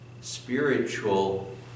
Spiritual